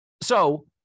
So-